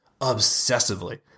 obsessively